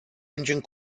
engine